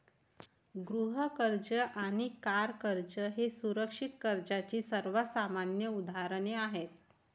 गृह कर्ज आणि कार कर्ज ही सुरक्षित कर्जाची सर्वात सामान्य उदाहरणे आहेत